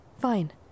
Fine